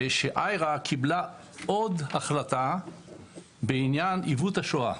ש- IHRA קיבלה עוד החלטה בעניין עיוות השואה.